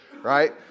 right